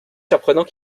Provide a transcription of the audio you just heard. surprenant